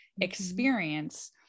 experience